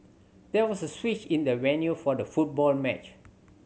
there was a switch in the venue for the football match